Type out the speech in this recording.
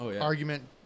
argument